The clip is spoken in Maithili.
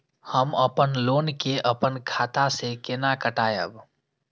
हम अपन लोन के अपन खाता से केना कटायब?